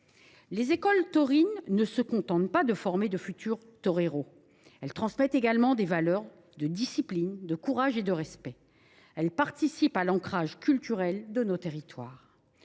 les écoles taurines ne se contentent pas de former de futurs : elles transmettent également des valeurs de discipline, de courage et de respect et participent à l’ancrage culturel de nos territoires.